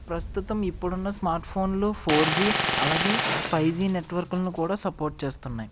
ప్రస్తుతం ఇప్పుడు ఉన్న స్మార్ట్ఫోన్లు ఫోర్ జీ అలాగే ఫై జీ నెట్వర్కులను కూడా సపోర్ట్ చేస్తున్నాయి